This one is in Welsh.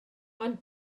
ond